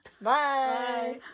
Bye